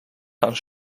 gaan